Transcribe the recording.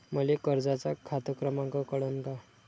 मले कर्जाचा खात क्रमांक कळन का?